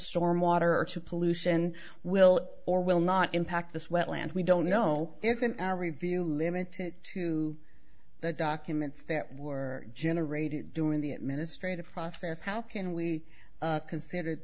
storm water or to pollution will or will not impact this wetland we don't know if in our review limited to the documents that were generated during the administrative process how can we consider